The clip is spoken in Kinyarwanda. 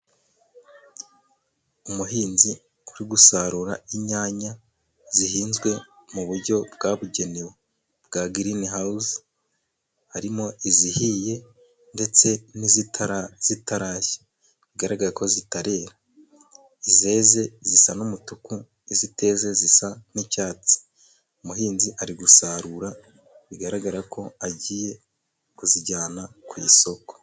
Umuhinzi uri gusarura inyanya zihinzwe mu buryo bwabugenewe bwa girini hawusi, harimo izihiye ndetse n'izitarashya. Bigaragare ko zitarera. Izeze zisa n'umutuku, iziteze zisa nk'icyatsi. Umuhinzi ari gusarura, bigaragara ko agiye kuzijyana ku isoko.